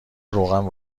روغن